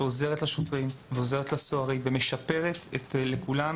שעוזרת לשוטרים ועוזרת לסוהרים ומשפרת לכולם